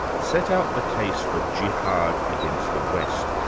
set out the case for jihad against the west,